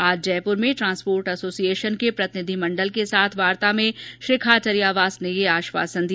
आज जयप्र में ट्रांसपोर्ट ऐसोसिएशसन के प्रतिनिधिमंडल के साथ वार्ता में श्री खाचरियावास ने यह आश्वासन दिया